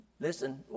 Listen